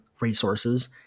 resources